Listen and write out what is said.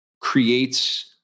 creates